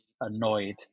annoyed